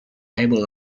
table